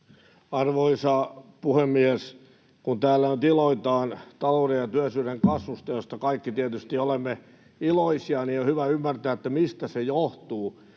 Arvoisa puhemies! Kun täällä nyt iloitaan talouden ja työllisyyden kasvusta, josta kaikki tietysti olemme iloisia, niin on hyvä ymmärtää, mistä se johtuu.